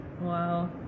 Wow